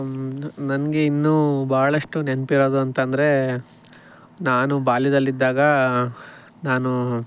ನನಗೆ ಇನ್ನೂ ಬಹಳಷ್ಟು ನೆನ್ಪಿರೋದು ಅಂತ ಅಂದರೆ ನಾನು ಬಾಲ್ಯದಲ್ಲಿ ಇದ್ದಾಗ ನಾನು